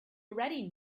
already